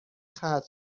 ختم